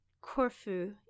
Corfu